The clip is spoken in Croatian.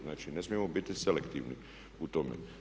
Znači, ne smijemo biti selektivni u tome.